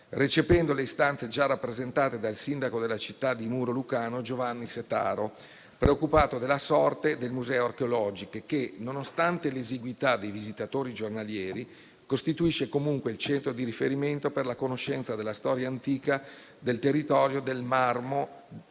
recependo le istanze già rappresentate dal sindaco della città di Muro Lucano, Giovanni Setaro, preoccupato della sorte del museo archeologico che, nonostante l'esiguità dei visitatori giornalieri, costituisce comunque il centro di riferimento per la conoscenza della storia antica del territorio del